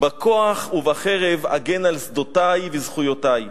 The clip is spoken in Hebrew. בכוח ובחרב אגן על שדותי וזכויותי.